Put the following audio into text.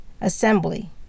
assembly